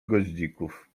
goździków